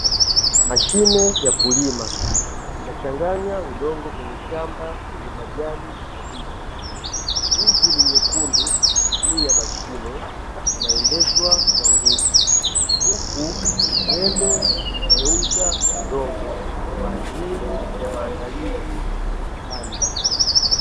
Mashine ya kulima inashanganya udongo kwenye shamba lenye majani mabichi, injini nyekundu juu ya mashine inaendeshwa kwa nguvu. Huku viwembe vikigeuza udongo kwa ajili ya maandalizi ya kupanda.